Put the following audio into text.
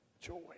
joy